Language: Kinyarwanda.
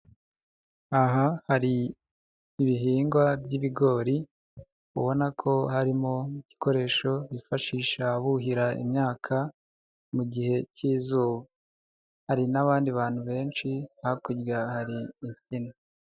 Aha hari, ibihingwa by'ibigori, ubona ko harimo n'igikoresho bifashisha buhira imyaka, mu gihe cy'izuba. Hari n'abandi bantu benshi hakurya hari insina.